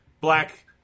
black